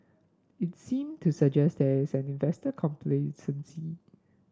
it seem to suggest there is an investor complacency